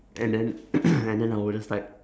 and then I and then I will just type